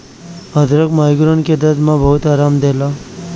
अदरक माइग्रेन के दरद में बहुते आराम देला